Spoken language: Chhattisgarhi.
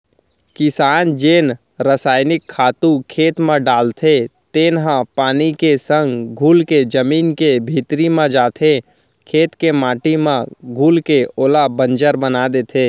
किसान जेन रसइनिक खातू खेत म डालथे तेन ह पानी के संग घुलके जमीन के भीतरी म जाथे, खेत के माटी म घुलके ओला बंजर बना देथे